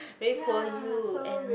really poor you and